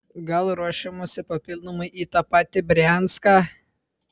gal ruošiamasi papildomai į tą patį brianską